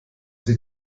sie